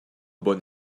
bon